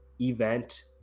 event